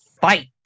fight